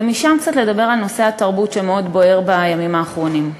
ומשם קצת לדבר על נושא התרבות שמאוד בוער בימים האחרונים.